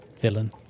villain